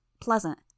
Pleasant